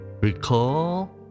Recall